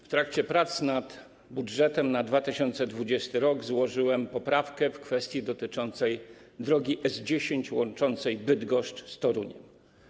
W trakcie prac nad budżetem na 2020 r. złożyłem poprawkę w kwestii dotyczącej drogi S10 łączącej Bydgoszcz z Toruniem.